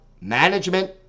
management